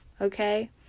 okay